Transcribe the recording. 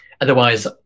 otherwise